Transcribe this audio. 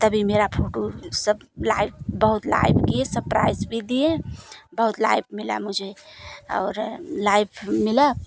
तभी मेरा फोटू सब लाइव बहुत लाइव किए सप्राइज़ भी दिए बहुत लाइव मिला मुझे और लाइव मिला